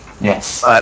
Yes